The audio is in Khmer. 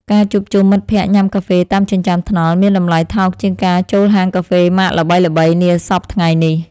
ការជួបជុំមិត្តភក្តិញ៉ាំកាហ្វេតាមចិញ្ចើមថ្នល់មានតម្លៃថោកជាងការចូលហាងកាហ្វេម៉ាកល្បីៗនាសព្វថ្ងៃនេះ។